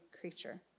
creature